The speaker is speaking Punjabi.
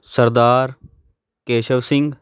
ਸਰਦਾਰ ਕੇਸ਼ਵ ਸਿੰਘ